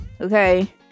Okay